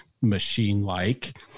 machine-like